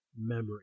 memory